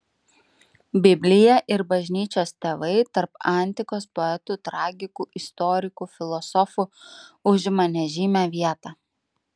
biblija ir bažnyčios tėvai tarp antikos poetų tragikų istorikų filosofų užima nežymią vietą